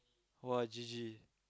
!wah! G_G